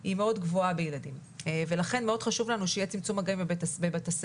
היא מאוד גבוהה בילדים ולכן מאוד חשוב לנו שיהיה צמצום מגעים בבתי ספר.